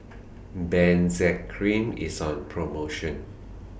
Benzac Cream IS on promotion